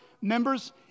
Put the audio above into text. members